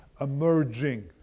emerging